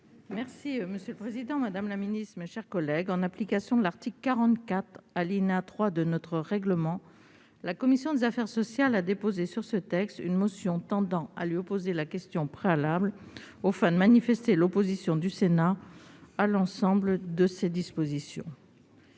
est à Mme la présidente de la commission, pour la motion. En application de l'article 44, alinéa 3, de notre règlement, la commission des affaires sociales a déposé sur ce texte une motion tendant à lui opposer la question préalable, afin de manifester l'opposition du Sénat à l'ensemble de ses dispositions.